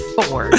four